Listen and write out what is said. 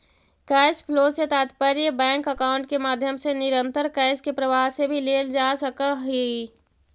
cash flow से तात्पर्य bank account के माध्यम से निरंतर कैश के प्रवाह से भी लेल जा सकऽ हई